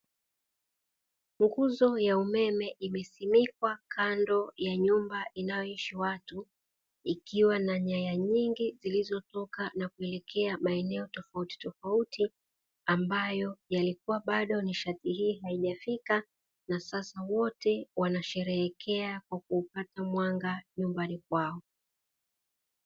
Nguzo ya umeme imesimikwa kando ya nyumba inayoishi watu, ikiwa na nyaya nyingi zilizotoka na kuelekea maeneo tofauti tofauti ambayo yalikuwa bado nishati hii haijafika na sasa wote wanasheherekea kwa kuupata mwanga nyumbani kwao.